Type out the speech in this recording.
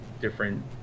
different